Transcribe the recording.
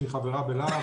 שהיא חברה בלה"ב,